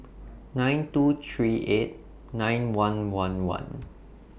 nine two three eight nine one one one